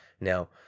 Now